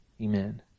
amen